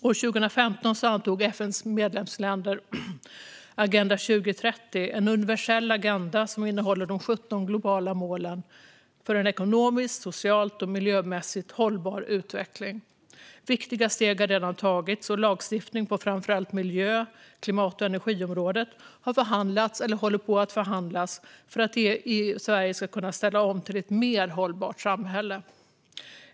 År 2015 antog FN:s medlemsländer Agenda 2030, en universell agenda som innehåller de 17 globala målen för en ekonomiskt, socialt och miljömässigt hållbar utveckling. Viktiga steg har redan tagits, och lagstiftning på framför allt miljö, klimat och energiområdet har förhandlats fram eller håller på att förhandlas fram för att Sverige ska kunna ställa om till ett mer hållbart samhälle.